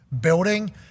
building